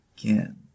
again